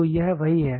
तो यह वही है